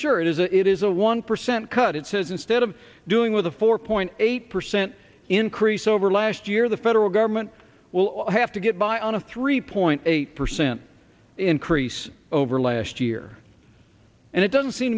sure it is it is a one percent cut it says instead of doing with a four point eight percent increase over last year the federal government will have to get by on a three point eight percent increase over last year and it doesn't seem